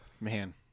Man